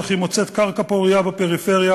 אך היא מוצאת קרקע פורייה בפריפריה,